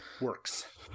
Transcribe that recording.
works